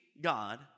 God